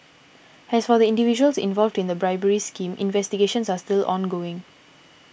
as for the individuals involved in the bribery scheme investigations are still ongoing